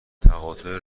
تقاطع